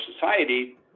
society